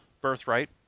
birthright